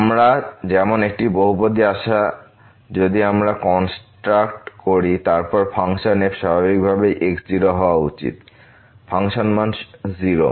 আমরা যেমন একটি বহুপদী আশা যদি আমরা কনস্ট্রাক্ট করি তারপর ফাংশন f স্বাভাবিকভাবেই x0হওয়া উচিত ফাংশন মান 0